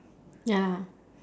ya